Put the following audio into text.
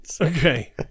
Okay